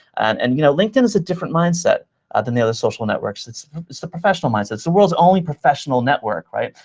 and and you know linkedin is a different mindset than the other social networks. it's it's the professional mindset. it's the world's only professional network, right?